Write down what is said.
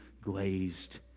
glazed